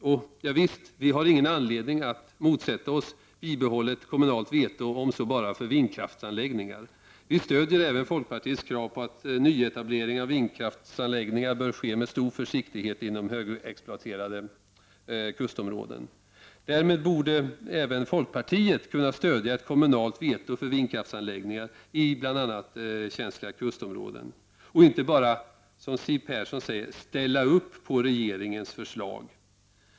Javisst, vi har ingen anledning att motsätta oss ett bibehållet kommunalt veto om så bara för vindkraftsanläggningar. Vi stödjer även folkpartiets krav på att nyetablering av vindkraftsanläggningar bör ske med stor försiktighet inom högexploaterade kustområden. Därmed borde även folkpartiet kunna stödja ett kommunalt veto för vindkraftsanläggningar i bl.a. känsliga kust områden. Det går inte att bara, som Siw Persson säger, ställa upp på regeringens förslag.